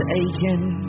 aching